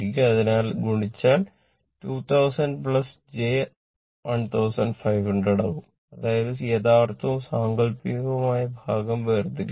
അതിനാൽ ഗുണിച്ചാൽ 2000 j 1500 ആകും അതായത് യഥാർത്ഥവും സാങ്കൽപ്പികവുമായ ഭാഗം വേർതിരിക്കുക